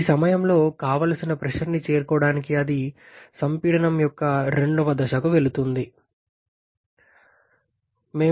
ఈ సమయంలో కావలసిన ప్రెషర్ ని చేరుకోవడానికి అది సంపీడనం యొక్క రెండవ దశకు వెళుతుంది 4